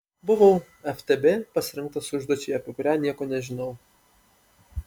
buvau ftb pasirinktas užduočiai apie kurią nieko nežinau